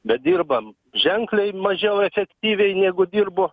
bet dirbam ženkliai mažiau efektyviai negu dirbo